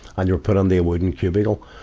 and you're put in their wooden cubicle.